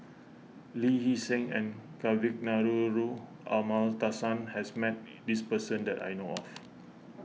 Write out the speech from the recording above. Lee Hee Seng and Kavignareru Amallathasan has met this person that I know of